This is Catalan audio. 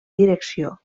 direcció